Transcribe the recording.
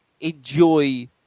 enjoy